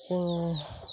जोङो